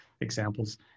examples